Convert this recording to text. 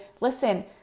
listen